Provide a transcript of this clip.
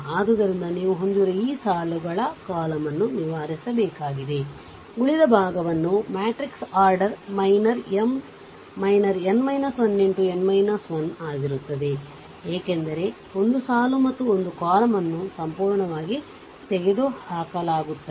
ಆದ್ದರಿಂದ ನೀವು ಹೊಂದಿರುವ ಈ ಸಾಲುಗಳ ಕಾಲಮ್ಗಳನ್ನು ನಿವಾರಿಸಬೇಕಾಗಿದೆ ಉಳಿದ ಭಾಗವನ್ನು matrix order minor M minor n 1 X n 1 ಆಗಿರುತ್ತದೆ ಏಕೆಂದರೆ ಒಂದು ಸಾಲು ಮತ್ತು ಒಂದು ಕಾಲಮ್ ಅನ್ನು ಸಂಪೂರ್ಣವಾಗಿ ತೆಗೆದುಹಾಕಲಾಗುತ್ತದೆ